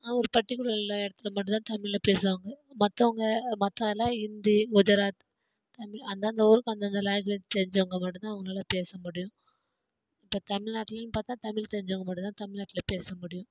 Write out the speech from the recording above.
ஒரு பர்டிகுலர் இடத்துல மட்டுந்தான் தமிழில் பேசுவாங்க மத்தவங்க மற்றலாம் ஹிந்தி குஜராத் தமிழ் அந்தந்த ஊருக்கு அந்தந்த லாங்வேஜ் தெரிஞ்சவங்க மட்டுந்தான் அவங்களாலே பேசமுடியும் இப்போ தமிழ்நாட்டில்னு பார்த்தா தமிழ் தெரிஞ்சவங்க மட்டுந்தான் தமிழ்நாட்டில் பேசமுடியும்